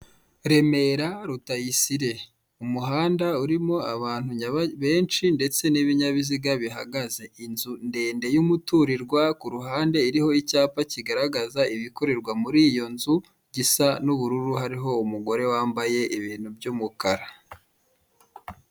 Remera Rutayisire umuhanda urimo abantu benshi ndetse n'ibinyabiziga bihagaze, inzu ndende y'umuturirwa ku ruhande iriho icyapa kigaragaraza ibikorerwa muri iyo nzu gisa n'ubururu hariho umugore wambaye ibintu by'umukara.